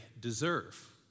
deserve